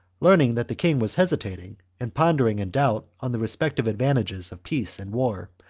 learning that the king was hesitating and pondering in doubt on the respec tive advantages of peace and war,